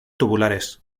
tubulares